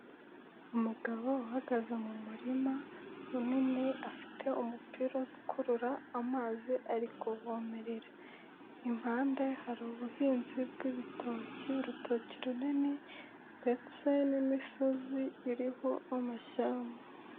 Umugabo uhagaze mu murima munini afite umupira ukurura amazi ari kuvomerera. Impande hari ubuhinzi bw'ibitoki, urutoki runini ndetse n'imisozi iriho amashyamba.